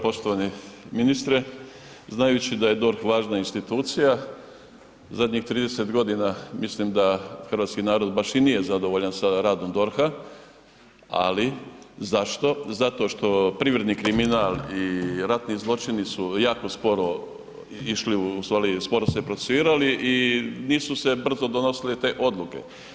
Poštovani ministre, znajući da je DORH važna institucija zadnjih 30 godina mislim da hrvatski narod baš i nije zadovoljan sa radom DORH-a, ali zašto, zato što privredni kriminal i ratni zločini su jako sporo išli, u stvari sporo se procesuirali i nisu se brzo donosile te odluke.